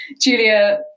Julia